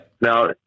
Now